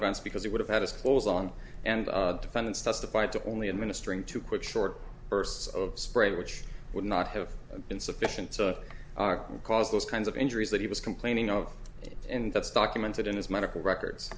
events because he would have had his clothes on and defendants testified to only administering to quick short bursts of spray which would not have been sufficient to cause those kinds of injuries that he was complaining of and that's documented in his medical records